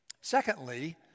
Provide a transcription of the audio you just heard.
Secondly